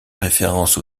référence